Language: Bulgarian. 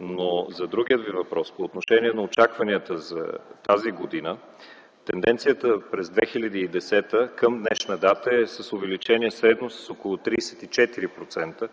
Но за другия Ви въпрос – по отношение на очакванията за тази година тенденцията през 2010 г. към днешна дата е с увеличение средно с около 34%